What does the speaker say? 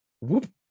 whoop